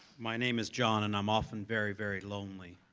my name is john and i'm often very, very lonely,